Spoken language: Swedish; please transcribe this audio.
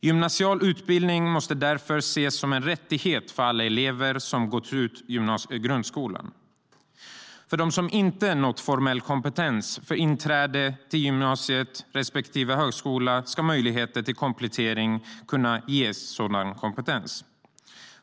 Gymnasial utbildning måste därför ses som en rättighet för alla som gått ut grundskolan. För dem som inte nått formell kompetens för inträde till gymnasiet respektive högskolan ska möjligheter till komplettering kunna ge sådan kompetens.